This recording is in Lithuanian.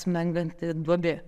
smenganti duobė